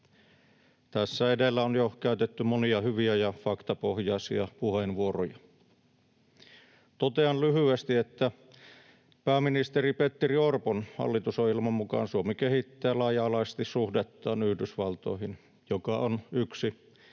Tässä edellä on jo käytetty monia hyviä ja faktapohjaisia puheenvuoroja. Totean lyhyesti, että pääministeri Petteri Orpon hallitusohjelman mukaan Suomi kehittää laaja-alaisesti suhdettaan Yhdysvaltoihin, joka on yksi